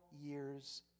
years